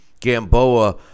gamboa